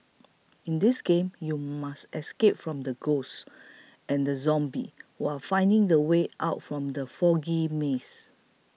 in this game you must escape from the ghosts and zombies while finding the way out from the foggy maze